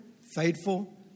faithful